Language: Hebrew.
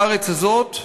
בארץ הזאת,